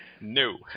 no